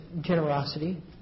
generosity